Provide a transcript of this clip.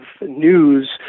news